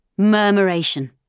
Murmuration